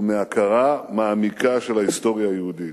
ומהכרה מעמיקה של ההיסטוריה היהודית.